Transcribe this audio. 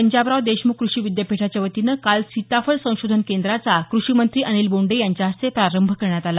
पंजाबराव देशम्ख कृषी विद्यापीठाच्या वतीनं काल सीताफळ संशोधन केंद्राचा कृषीमंत्री अनिल बोंडे यांच्या हस्ते प्रारंभ करण्यात आला